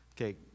Okay